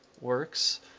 works